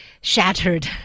shattered